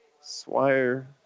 Swire